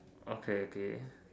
okay okay